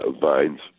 Vines